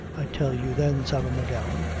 i tell you, then, sarah m'gowan,